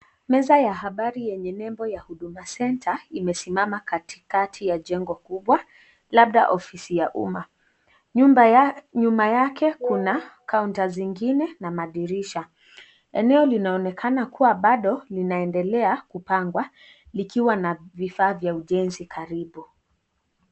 Meza ya habari yenye nembo ya Huduma center imesimama katikati ya jengo kubwa labda ofisi ya umma, nyuma yake kuna kaunta zingine na madirisha ,eneo linaonekana kuwa bado linaendelea kupangwa ikiwa na vifaa vya ujenzi karibu.